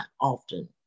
often